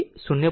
5 0